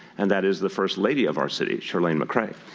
and that is the first lady of our city, chirlane mccray.